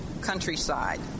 countryside